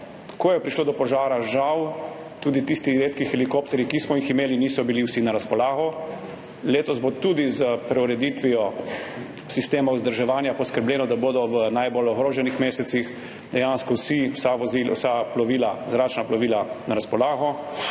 ko je prišlo do požara, žal tudi tisti redki helikopterji, ki smo jih imeli, niso bili vsi na razpolago. Letos bo tudi s preureditvijo sistema vzdrževanja poskrbljeno, da bodo v najbolj ogroženih mesecih dejansko na razpolago vsa zračna plovila. Nabavljene